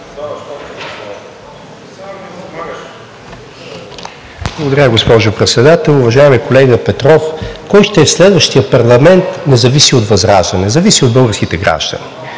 Благодаря, госпожо Председател! Уважаеми колега Петров, кой ще е в следващия парламент не зависи от ВЪЗРАЖДАНЕ, а зависи от българските граждани.